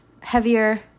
heavier